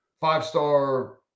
five-star –